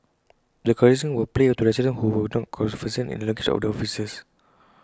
the recordings were played to residents who were not conversant in the language of the officers